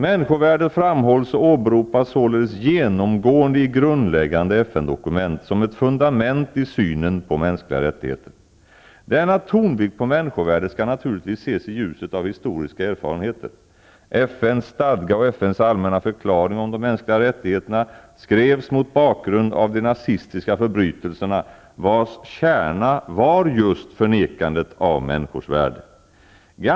Människovärdet framhålls och åberopas således genomgående i grundläggande FN-dokument, som ett fundament i synen på mänskliga rättigheter. Denna tonvikt på människovärdet skall naturligtvis ses i ljuset av historiska erfarenheter. FN:s stadga och FN:s Allmänna förklaring om de mänskliga rättigheterna skrevs mot bakgrund av de nazistiska förbrytelserna, vilkas kärna var just förnekandet av människors värde.